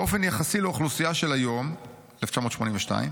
באופן יחסי לאוכלוסייה של היום" 1982,